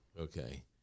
Okay